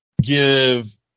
give